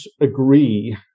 agree